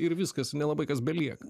ir viskas nelabai kas belieka